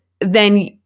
then-